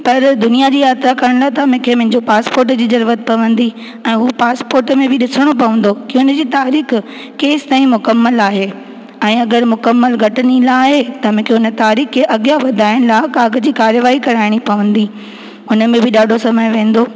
पर दुनिया जी यात्रा करण त मुखे मिंजो पास्पोर्ट जी ज़रूरत पवंदी ऐं उहो पासपोट में बि ॾिसणो पवंदो की उन जी तारीख़ केसि ताईं मुकमल आहे ऐं अगरि मुकमल घटि ॾींहं लाइ आहे त मूंखे उन तारीख़ खे अॻियां वधाइनि लाइ कागज़ी कार्यवाही कराइणी पवंदी उन में ॾाढो समय वेंदो